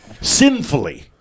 sinfully